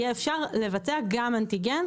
יהיה אפשר לבצע גם אנטיגן,